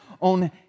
on